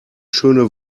schöne